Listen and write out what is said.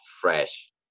fresh